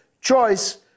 choice